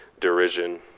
derision